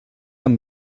amb